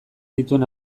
dituen